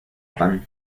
pan